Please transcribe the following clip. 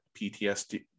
PTSD